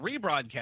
rebroadcast